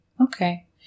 Okay